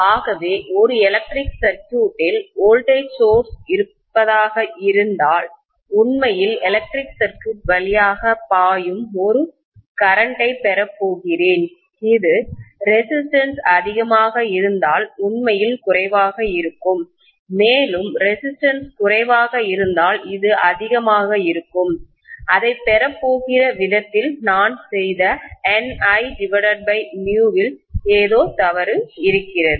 ஆகவே ஒரு electric circuit இல் வோல்டேஜ் சோர்ஸ் இருப்பதாகக் இருந்தால் உண்மையில் எலக்ட்ரிக் சர்க்யூட்வழியாக பாயும் ஒரு கரண்ட்டை பெறப்போகிறேன் இது ரெசிஸ்டன்ஸ் அதிகமாக இருந்தால் உண்மையில் குறைவாக இருக்கும் மேலும் ரெசிஸ்டன்ஸ் குறைவாக இருந்தால் அது அதிகமாக இருக்கும் அதைப் பெறப்போகிற விதத்தில் நான் செய்த Ni இல் ஏதோ தவறு இருக்கிறது